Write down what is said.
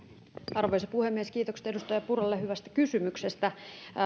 arvoisa puhemies kiitokset edustaja purralle hyvästä kysymyksestä